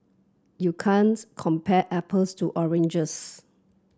you can't compare apples to oranges